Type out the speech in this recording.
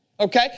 Okay